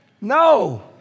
No